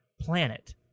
planet